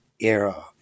era